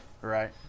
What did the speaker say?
Right